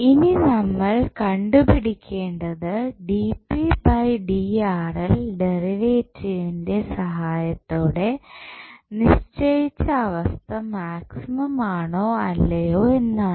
ഇനി നമ്മൾ കണ്ടുപിടിക്കേണ്ടത് ഡെറിവേറ്റീവിന്റെ സഹായത്തോടെ നിശ്ചയിച്ച അവസ്ഥ മാക്സിമം ആണോ അല്ലയോ എന്നാണ്